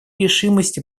решимости